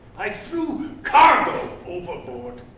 i threw cargo overboard.